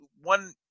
one